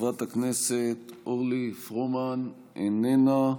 חברת הכנסת אורלי פרומן, איננה,